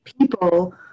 people